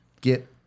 Get